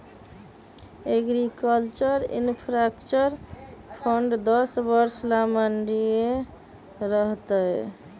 agriculture infrastructure fund दस वर्ष ला माननीय रह तय